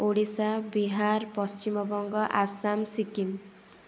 Odisha Bihar Paschim Banga Assam Sikkim